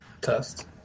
Test